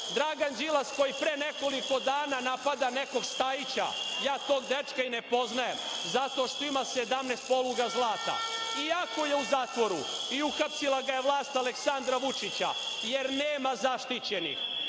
Dragan Đilas koji pre nekoliko dana napada nekog Stajića, ja tog dečka i ne poznajem, zato što ima 17 poluga zlata, iako je u zatvoru i uhapsila ga je vlast Aleksandra Vučića, jer nema zaštićenih,